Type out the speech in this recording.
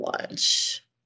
lunch